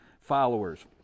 followers